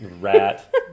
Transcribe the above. Rat